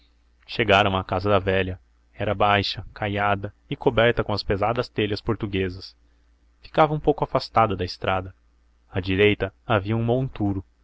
chegaram à casa da velha era baixa caiada e coberta com as pesadas telhas portuguesas ficava um pouco afastada da estrada à direita havia um monturo